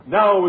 now